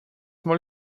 moll